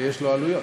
שיש לו עלויות.